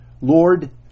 Lord